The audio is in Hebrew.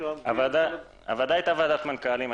הוועדה הייתה ועדת מנכ"לים.